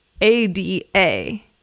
A-D-A